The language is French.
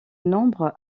nombre